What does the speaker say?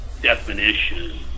definition